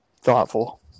thoughtful